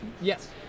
Yes